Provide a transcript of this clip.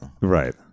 right